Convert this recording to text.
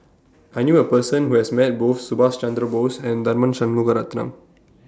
I knew A Person Who has Met Both Subhas Chandra Bose and Tharman Shanmugaratnam